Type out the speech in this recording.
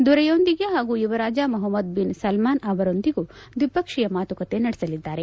ದೊರೆಯೊಂದಿಗೆ ಹಾಗೂ ಯುವರಾಜ Mohammed bin Salman ಅವರೊಂದಿಗೆ ದ್ವಿಪಕ್ಷೀಯ ಮಾತುಕತೆ ನಡೆಸಲಿದ್ದಾರೆ